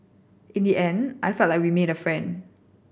in the end I felt like we made a friend